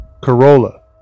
Corolla